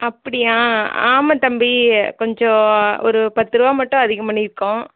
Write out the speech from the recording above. அப்படியா ஆமாம் தம்பி கொஞ்சம் ஒரு பத்து ரூவா மட்டும் அதிகம் பண்ணியிருக்கோம்